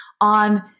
on